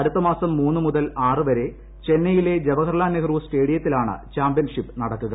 അടുത്തമാസം മൂന്ന് മുതൽ ആറുവരെ ചെന്നൈയിലെ ജവഹർലാൽ നെഹ്റു സ്റ്റേഡിയത്തിലാണ് ചാമ്പൃഷിപ്പ് നടക്കുക